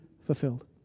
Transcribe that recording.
fulfilled